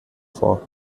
vor